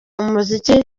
umuziki